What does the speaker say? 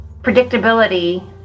predictability